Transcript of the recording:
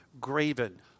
graven